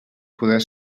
poder